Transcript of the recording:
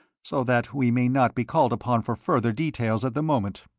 so that we may not be called upon for further details at the moment.